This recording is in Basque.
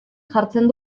jartzen